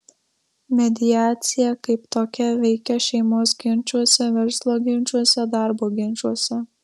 mediacija kaip tokia veikia šeimos ginčuose verslo ginčuose darbo ginčuose